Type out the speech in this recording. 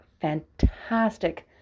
Fantastic